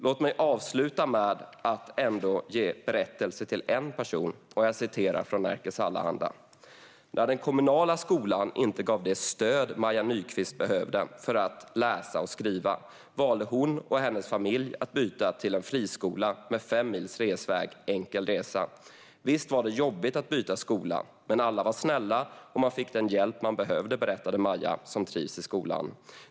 Låt mig avsluta med en berättelse om en person. Jag citerar ur Nerikes Allehanda: "När den kommunala skolan inte gav det stöd Maja Nykvist behövde för att läsa och skriva, valde hon och hennes familj att byta till en friskola med fem mils resväg enkel resa." Vidare står det: "- Visst var det jobbigt att byta skola. Men alla var snälla och man fick den hjälp man behövde, berättar Maja, som trivs i skolan.